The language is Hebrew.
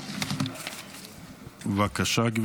בבקשה.